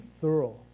thorough